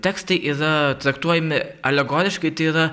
tekstai yra traktuojami alegoriškai tai yra